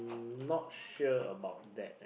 not sure about that